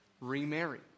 Remarry